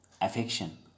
affection